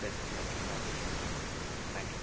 சரி okay okay sir thank you sir